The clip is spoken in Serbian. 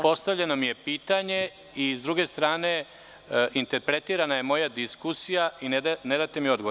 Postavljeno mi je pitanje i sa druge strane interpretirana je moja diskusija i ne date mi odgovor.